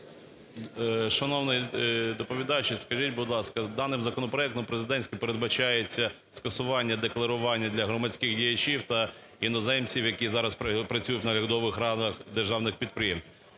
Шановний доповідачу! Скажіть, будь ласка, даним законопроектом президентським передбачається скасування декларування для громадських діячів та іноземців, які зараз працюють в наглядових радах державних підприємств.